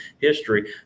history